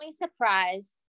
surprised